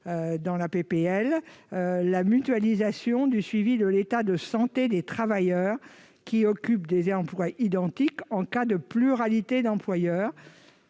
l'article sur la mutualisation du suivi de l'état de santé des travailleurs occupant des emplois identiques auprès d'une pluralité d'employeurs,